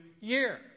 year